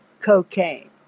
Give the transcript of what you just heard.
Cocaine